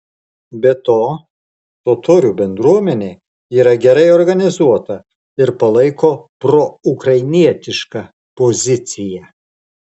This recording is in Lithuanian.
be to totorių bendruomenė yra gerai organizuota ir palaiko proukrainietišką poziciją